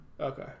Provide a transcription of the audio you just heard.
Okay